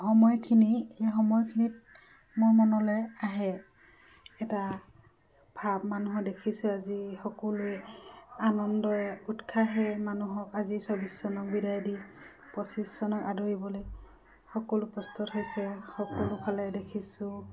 সময়খিনি এই সময়খিনিত মোৰ মনলৈ আহে এটা ভাৱ মানুহৰ দেখিছোঁ আজি সকলোৱে আনন্দৰে উৎসাহে মানুহক আজি চৌব্বিছ চনক বিদায় দি পঁচিছ চনক আদৰিবলৈ সকলো প্ৰস্তুত হৈছে সকলোফালে দেখিছোঁ